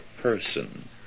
person